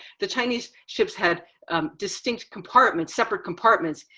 the chinese ships had distinct compartments, separate compartments,